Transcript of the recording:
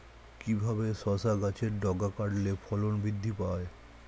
কিভাবে শসা গাছের ডগা কাটলে ফলন বৃদ্ধি পায়?